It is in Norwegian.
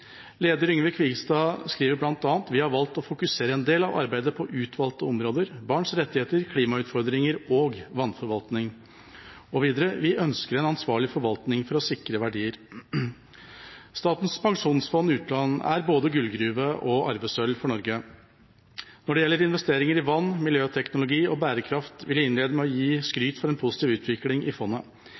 Leder Yngve Slyngstad skriver bl.a.: «Vi har valgt å fokusere en del av arbeidet på utvalgte områder – barns rettigheter, klimautfordringene, og vannforvaltning.» Videre sier de at de ønsker en ansvarlig forvaltning for å sikre verdier. Statens pensjonsfond utland er både gullgruve og arvesølv for Norge. Når det gjelder investeringer i vann, miljøteknologi og bærekraft, vil jeg innlede med å gi skryt for en positiv utvikling i fondet.